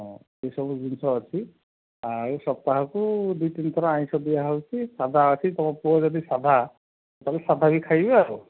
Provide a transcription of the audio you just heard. ହଁ ଏସବୁ ଜିନିଷ ଅଛି ଆଉ ସପ୍ତାହକୁ ଦୁଇ ତିନ ଥର ଆଇଁଷ ଦିଆହେଉଛି ସାଧା ଅଛି ତମ ପୁଅ ଯଦି ସାଧା ତା'ହେଲେ ସାଧା ବି ଖାଇବେ ଆଉ